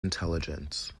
intelligence